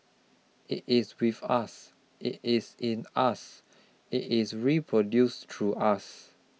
it is with us it is in us it is reproduced through us